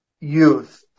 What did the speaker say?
youth